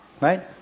right